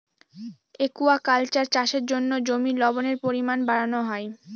aquaculture চাষের জন্য জমির লবণের পরিমান বাড়ানো হয়